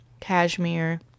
cashmere